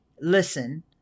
listen